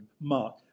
mark